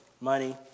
money